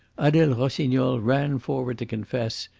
adele rossignol ran forward to confess,